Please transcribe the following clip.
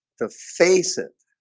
to face it